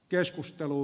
keskustelu